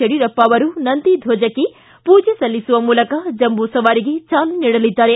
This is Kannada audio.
ಯಡಿಯೂರಪ್ಪ ಅವರು ನಂದಿ ಧ್ವಜಕ್ಕೆ ಪೂಜೆ ಸಲ್ಲಿಸುವ ಮೂಲಕ ಜಂಬೂ ಸವಾರಿಗೆ ಚಾಲನೆ ನೀಡಲಿದ್ದಾರೆ